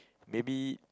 maybe